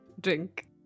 Drink